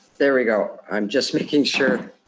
there we go. i'm just making sure.